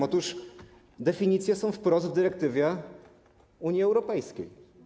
Otóż te definicje są wprost w dyrektywie Unii Europejskiej.